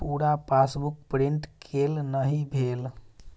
पूरा passbook print केल नहि भेल